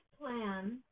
plan